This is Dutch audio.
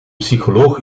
psycholoog